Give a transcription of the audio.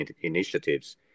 initiatives